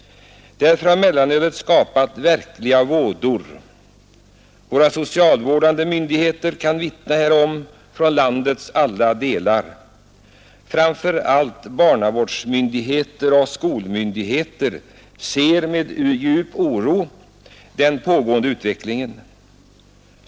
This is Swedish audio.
Därför har mellanölet skapat verkliga vådor. Våra socialvårdande myndigheter kan vittna härom från landets alla delar. Framför allt barnavårdsmyndigheter och skolmyndigheter ser med djup oro den pågående utvecklingen.